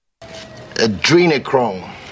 Adrenochrome